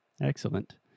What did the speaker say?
Excellent